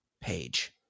page